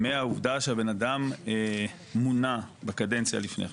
מהעובדה שהבן אדם מונה בקדנציה לפני כן?